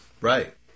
Right